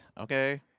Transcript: Okay